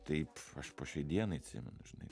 taip aš po šiai dienai atsimenu žinai